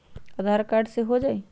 आधार card से हो जाइ?